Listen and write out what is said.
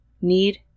need